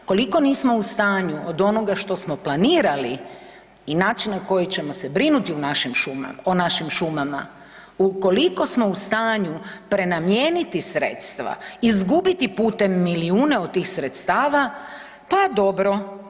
Ukoliko nismo u stanju od onoga što smo planirali i načina na koji ćemo se brinuti o našim šumama, ukoliko smo u stanju prenamijeniti sredstva, izgubiti putem milijune od tih sredstava pa dobro.